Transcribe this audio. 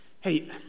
hey